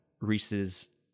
Reese's